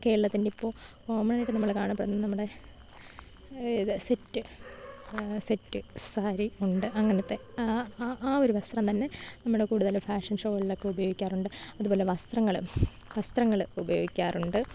കേരളത്തിൻ്റെ ഇപ്പോൾ കോമണായിട്ട് നമ്മള് കാണപ്പെടുന്ന നമ്മുടെ ഇത് സെറ്റ് സെറ്റ് സാരി മുണ്ട് അങ്ങനത്തെ ആ ഒരു വസ്ത്രം തന്നെ നമ്മുടെ കൂടുതല് ഫാഷൻ ഷോകളിലൊക്കെ ഉപയോഗിക്കാറുണ്ട് അത്പോലെ വസ്ത്രങ്ങള് വസ്ത്രങ്ങള് ഉപയോഗിക്കാറുണ്ട്